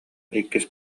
иккис